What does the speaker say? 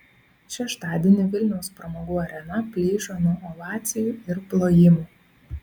šeštadienį vilniaus pramogų arena plyšo nuo ovacijų ir plojimų